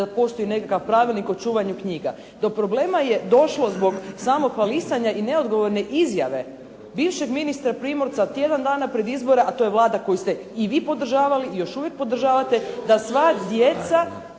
da postoji nekakav pravilnik o čuvanju knjiga. Do problema je došlo zbog samog hvalisanja i neodgovorne izjave bivšeg ministra Primorca tjedan dana pred izbore, a to je Vlada koju ste i vi podržavali i još uvijek podržavate da sva djeca,